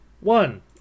one